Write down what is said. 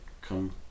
come